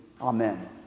Amen